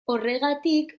horregatik